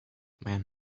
man